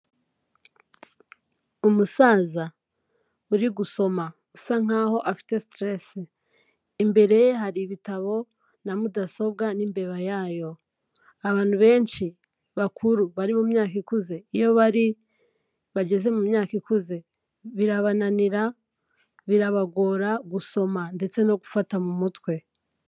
Umusaza uri gusoma usa nkaho afite siterese, imbere ye hari ibitabo na mudasobwa n'imbeba yayo, abantu benshi bakuru bari mu myaka ikuze iyo bari bageze mu myaka ikuze birabananira, birabagora gusoma ndetse no gufata mu mutwe.